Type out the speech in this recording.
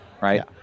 right